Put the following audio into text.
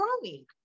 growing